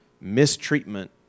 mistreatment